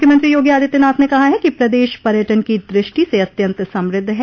मुख्यमंत्री योगी आदित्यनाथ ने कहा है कि प्रदेश पर्यटन की दृष्टि से अत्यंत समृद्ध है